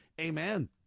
amen